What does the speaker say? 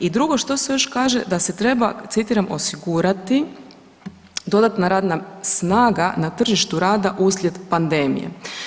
I drugo što se još kaže da se treba citiram, osigurati dodatna radna snaga na tržištu rada uslijed pandemije.